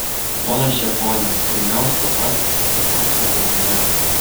ponas čeponi pirmiausia papasakokite apie pačią organizaciją